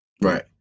Right